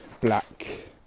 black